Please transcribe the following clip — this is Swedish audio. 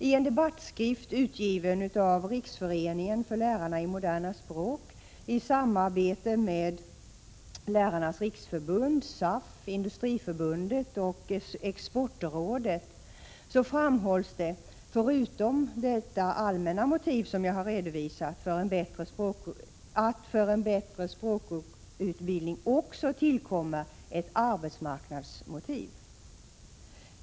I en debattskrift, utgiven av Riksföreningen för lärarna i moderna språk i samarbete med Lärarnas riksförbund, SAF, Industriförbundet och Exportrådet, framhålls, förutom det allmänna motiv som jag har redovisat, att det för en bättre språkutbildning tillkommer ett arbetsmarknadsmotiv.